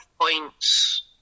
points